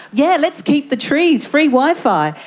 yeah, let's keep the trees. free wifi!